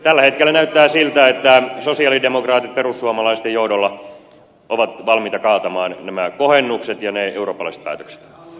tällä hetkellä näyttää siltä että sosialidemokraatit perussuomalaisten johdolla ovat valmiita kaatamaan nämä kohennukset ja ne eurooppalaiset päätökset